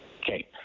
Okay